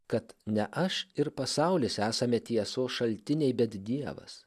kad ne aš ir pasaulis esame tiesos šaltiniai bet dievas